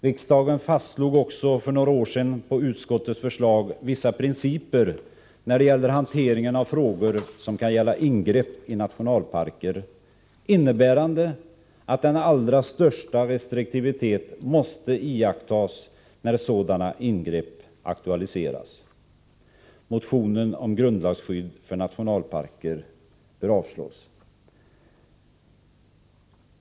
Riksdagen fastslog också för några år sedan på utskottets förslag vissa principer när det gäller hanteringen av frågor som kan gälla ingrepp i nationalparker, innebärande att den allra största restriktivitet måste iakttas när sådana ingrepp aktualiseras. Motionen om grundlagsskydd för nationalparker bör avslås.